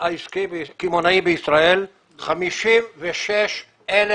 שהמגזר הקמעונאי בישראל, 56,000